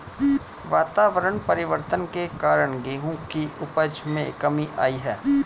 वातावरण परिवर्तन के कारण गेहूं की उपज में कमी आई है